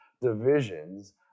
divisions